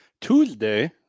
Tuesday